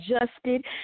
Adjusted